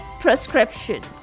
prescription